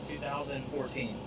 2014